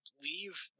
leave